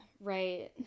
right